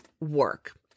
work